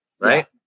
Right